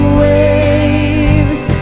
waves